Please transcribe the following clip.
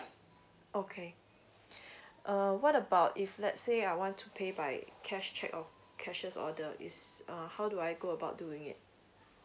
okay err what about if let's say I want to pay by cash check of cashes order is err how do I go about doing it